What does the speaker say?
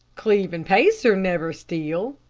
cleve and pacer never steal,